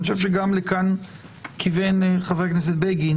אני חושב שגם לכאן כיוון חבר הכנסת בגין